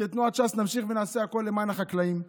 כתנועת ש"ס, נמשיך ונעשה הכול למען החקלאים,